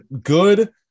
Good